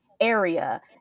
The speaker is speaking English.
area